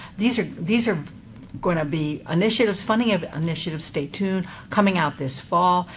these are these are going to be initiatives, funding of initiatives stay tuned coming out this fall.